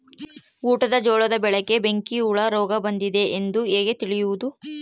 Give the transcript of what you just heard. ಊಟದ ಜೋಳದ ಬೆಳೆಗೆ ಬೆಂಕಿ ಹುಳ ರೋಗ ಬಂದಿದೆ ಎಂದು ಹೇಗೆ ತಿಳಿಯುವುದು?